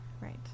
Right